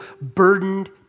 burdened